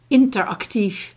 interactief